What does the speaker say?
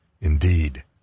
Indeed